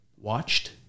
Watched